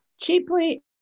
cheaply